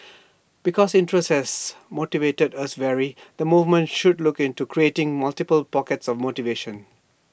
because interests has motivate us vary the movement should look into creating multiple pockets of motivation